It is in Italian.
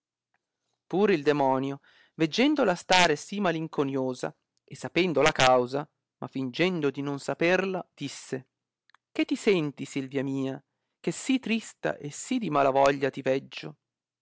pur il demonio veggendola stare sì malinconiosa e sapendo la causa ma fìngendo di non saperla disse che ti senti tu silvia mia che sì trista e sì di mala voglia ti veggio